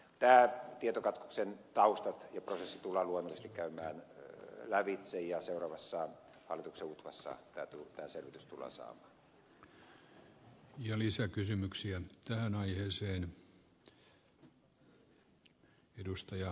tämän tietokatkoksen taustat ja prosessi tullaan luonnollisesti käymään lävitse ja seuraavassa hallituksen utvassa tämä selvitys tullaan saamaan